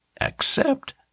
Accept